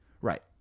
right